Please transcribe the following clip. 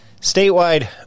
statewide